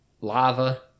lava